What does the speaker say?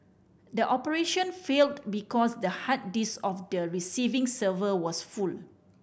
the operation failed because the hard disk of the receiving server was full